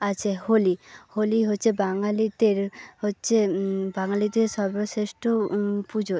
আছে হোলি হোলি হচ্ছে বাঙালিদের হচ্ছে বাঙালিদের সর্বশ্রেষ্ঠ পুজো